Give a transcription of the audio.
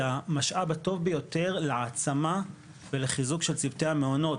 המשאב הטוב ביותר להעצמה ולחיזוק של צוותי המעונות,